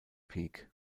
peak